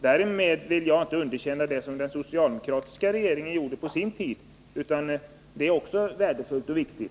Därmed vill jag inte underkänna det som den socialdemokratiska regeringen gjorde på sin tid, utan det är också värdefullt och viktigt.